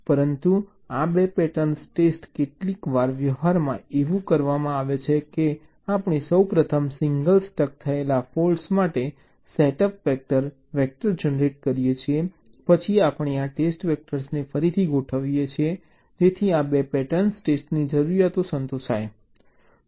પરંતુ આ 2 pattern test કેટલીકવાર વ્યવહારમાં એવું કરવામાં આવે છે કે આપણે સૌપ્રથમ સિંગલ સ્ટક થયેલા ફોલ્ટ માટે સેટઅપ ટેસ્ટ વેક્ટર જનરેટ કરીએ છીએ પછી આપણે આ ટેસ્ટ વેક્ટર્સને ફરીથી ગોઠવીએ છીએ જેથી આ 2 પેટર્ન ટેસ્ટની જરૂરિયાતો સંતોષાય છે